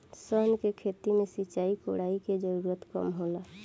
सन के खेती में सिंचाई, कोड़ाई के जरूरत कम होला